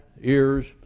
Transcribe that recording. ears